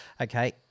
okay